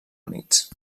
units